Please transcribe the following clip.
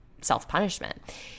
self-punishment